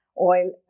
oil